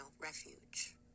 refuge